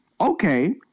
okay